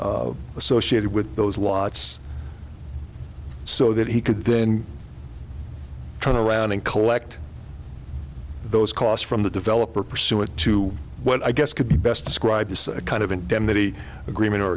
associated with those watts so that he could then turn around and collect those costs from the developer pursuant to what i guess could be best described as a kind of indemnity agreement or